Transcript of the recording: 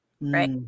right